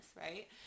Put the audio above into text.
right